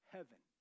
Heaven